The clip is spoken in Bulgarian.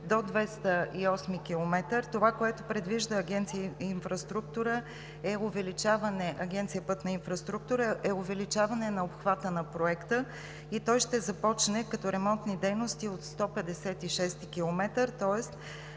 до 208 км. Това, което предвижда Агенция „Пътна инфраструктура“, е увеличаване на обхвата на Проекта и той ще започне като ремонтни дейности от 156 км, тоест